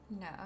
No